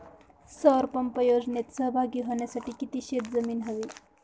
सौर पंप योजनेत सहभागी होण्यासाठी किती शेत जमीन हवी?